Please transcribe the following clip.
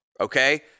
okay